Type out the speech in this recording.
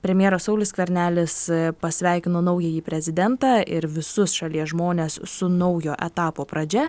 premjeras saulius skvernelis pasveikino naująjį prezidentą ir visus šalies žmones su naujo etapo pradžia